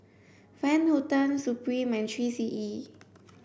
Van Houten Supreme and three C E